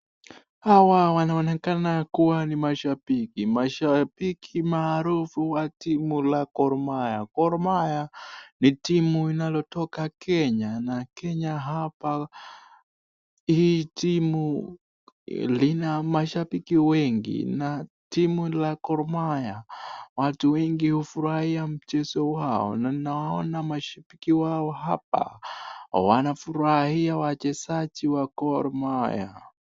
Hawa wanaonekana kuwa ni mashabiki, mashabiki maarufu wa timu la Gor Mahia. Gor Mahia ni timu inalotoka Kenya, na Kenya hapa, hii timu lina mashabiki wengi ,na timu la Gor Mahia watu wengi hufurahia mchezo wao na naona mashabiki wao hapa wanafurahia wachezaji wa Gor Mahia.